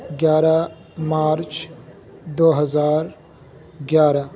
گیارہ مارچ دو ہزار گیارہ